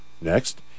Next